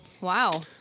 Wow